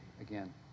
again